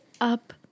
up